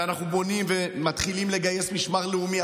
ואנחנו בונים ומתחילים לגייס משמר לאומי.